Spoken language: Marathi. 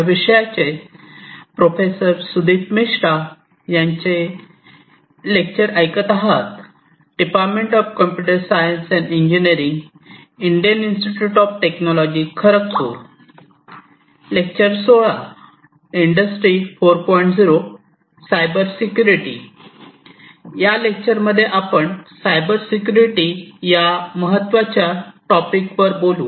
या लेक्चरमध्ये आपण सायबर सिक्युरिटी या महत्त्वाच्या टॉपिक वर बोलू